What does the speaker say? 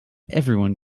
everyone